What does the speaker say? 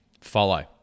follow